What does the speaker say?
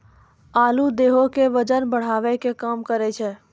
आलू देहो के बजन बढ़ावै के काम करै छै